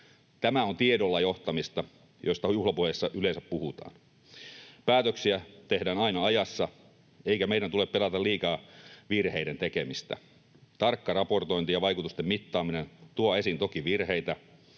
Tämä on tiedolla johtamista, josta juhlapuheissa yleensä puhutaan. Päätöksiä tehdään aina ajassa, eikä meidän tule pelätä liikaa virheiden tekemistä. Tarkka raportointi ja vaikutusten mittaaminen tuo esiin toki virheitä,